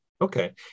Okay